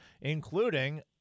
including